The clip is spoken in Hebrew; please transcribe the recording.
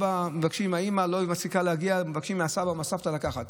האם לא מספיקה להגיע ומבקשים מהסבא והסבתא לקחת.